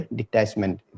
detachment